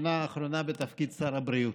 בשנה האחרונה, בתפקיד שר הבריאות.